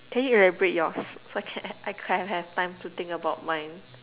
can you elaborate yours so I can I can have time to think about mine